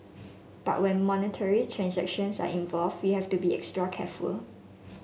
but when monetary transactions are involve you have to be extra careful